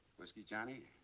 whisky, johnny?